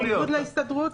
בניגוד להסתדרות,